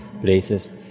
places